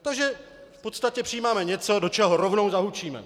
Takže v podstatě přijímáme něco, do čeho rovnou zahučíme.